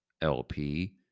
LP